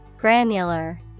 Granular